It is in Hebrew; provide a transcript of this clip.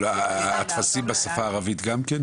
אבל הטפסים בשפה הערבית, גם כן?